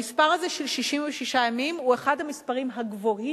המספר הזה של 66 ימים הוא אחד המספרים הגבוהים